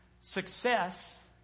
Success